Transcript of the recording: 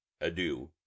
adieu